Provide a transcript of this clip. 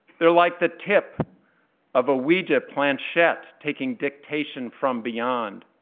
they're like the tip of a ouija planchette, taking dictation from beyond.